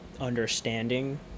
understanding